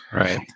Right